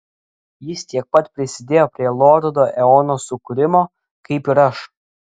jis tiek pat prisidėjo prie lordo eono sukūrimo kaip ir aš